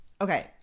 Okay